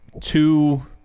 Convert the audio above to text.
two